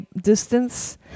distance